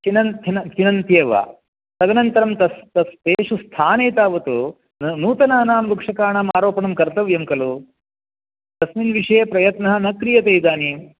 चिनन् छिन् छिनन्त्येव तदनन्तरं तेषु स्थाने तावत् नूतनानां वृक्षकाणाम् आरोपणं कर्तव्यं खलु तस्मिन् विषये प्रयत्नः न क्रियते इदानीं